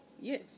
yes